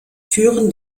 führen